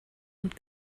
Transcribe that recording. und